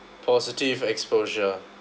positive exposure